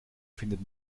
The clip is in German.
findet